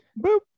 boop